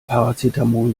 paracetamol